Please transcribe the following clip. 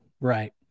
Right